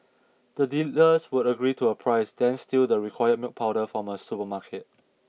the dealers would agree to a price then steal the required milk powder from a supermarket